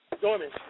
Dormant